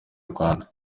rwanda